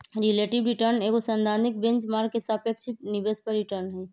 relative return एगो सैद्धांतिक benchmark के सापेक्ष निवेश पर रिटर्न हइ